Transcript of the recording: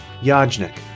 Yajnik